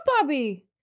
Bobby